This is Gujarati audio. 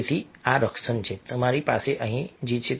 તેથી આ રક્ષણ છે તમારી પાસે અહીં છે